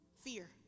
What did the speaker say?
Fear